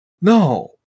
No